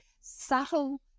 subtle